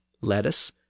lettuce